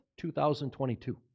2022